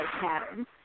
patterns